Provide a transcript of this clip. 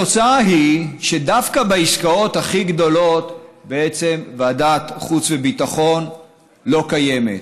התוצאה היא שדווקא בעסקאות הכי גדולות בעצם ועדת חוץ וביטחון לא קיימת,